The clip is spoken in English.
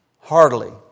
heartily